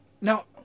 Now